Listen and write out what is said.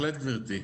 בהחלט, גברתי,